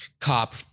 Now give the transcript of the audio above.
cop-